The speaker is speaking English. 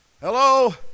Hello